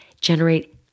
generate